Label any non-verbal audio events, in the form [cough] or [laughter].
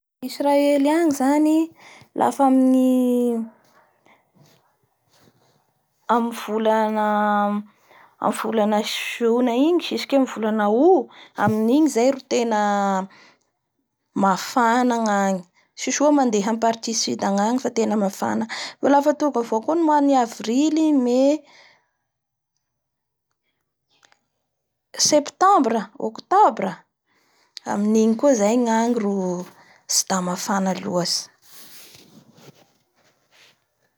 Gna Israely agny zany laf amin'ny volana -amin'ny volany Jona igny jusque amin'ny volana Aout amin'igny zay ro tena mafana ngagny tsy soa mandeha amin'ny partie sud gnagny fa tena mafana. Fa lafa tonga avao koa ny Avril May [noise] setembre, Octobre amin'igny koa zay ny agny ro tsy da mafana loatsy.